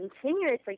continuously